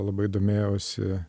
labai domėjausi